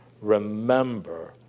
remember